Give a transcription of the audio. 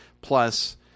Plus